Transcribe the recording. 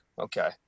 okay